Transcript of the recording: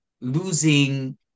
losing